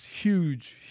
huge